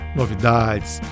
novidades